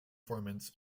performance